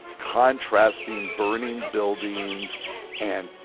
contrasting burning buildings and